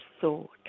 thought